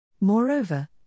Moreover